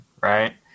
right